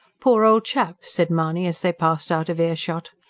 poor old chap! said mahony, as they passed out of earshot.